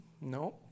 no